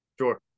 Sure